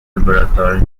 laboratory